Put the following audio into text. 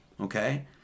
Okay